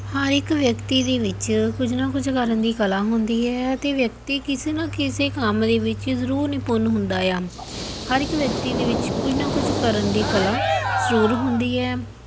ਹਰ ਇੱਕ ਵਿਅਕਤੀ ਦੇ ਵਿੱਚ ਕੁਝ ਨਾ ਕੁਝ ਕਰਨ ਦੀ ਕਲਾ ਹੁੰਦੀ ਹੈ ਅਤੇ ਵਿਅਕਤੀ ਕਿਸੇ ਨਾ ਕਿਸੇ ਕੰਮ ਦੇ ਵਿੱਚ ਜ਼ਰੂਰ ਨਿਪੁੰਨ ਹੁੰਦਾ ਏ ਆ ਹਰ ਇੱਕ ਵਿਅਕਤੀ ਦੇ ਵਿੱਚ ਕੁਝ ਨਾ ਕੁਝ ਕਰਨ ਦੀ ਕਲਾ ਜ਼ਰੂਰ ਹੁੰਦੀ ਹੈ